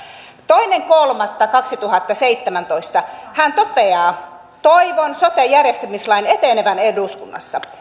toinen kolmatta kaksituhattaseitsemäntoista hän totesi toivon sote järjestämislain etenevän eduskunnassa